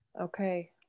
Okay